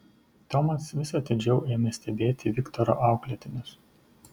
tomas vis atidžiau ėmė stebėti viktoro auklėtinius